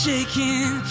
Shaking